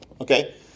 Okay